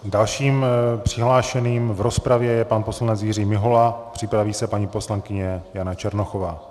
Dalším přihlášeným v rozpravě je pan poslanec Jiří Mihola, připraví se paní poslankyně Jana Černochová.